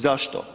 Zašto?